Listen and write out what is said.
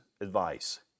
advice